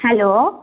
hello